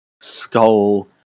Skull